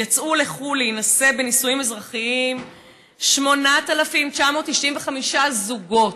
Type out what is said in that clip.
יצאו לחו"ל להינשא בנישואים אזרחיים 8,995 זוגות.